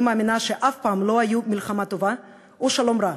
אני מאמינה שאף פעם לא היו מלחמה טובה או שלום רע,